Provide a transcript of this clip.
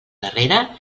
darrera